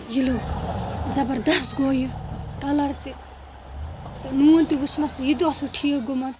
یہِ لوٚگ زبردس گوٚو یہِ کَلَر تہِ تہٕ نوٗن تہِ وُچھمَس تہِ یہِ تہِ اوسوُ ٹھیٖک گوٚمُت